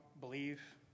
believe